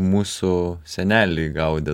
mūsų seneliai gaudė